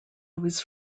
was